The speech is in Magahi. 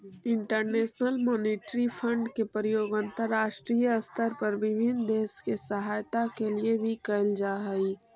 इंटरनेशनल मॉनिटरी फंड के प्रयोग अंतरराष्ट्रीय स्तर पर विभिन्न देश के सहायता के लिए भी कैल जा हई